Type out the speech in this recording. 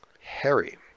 Harry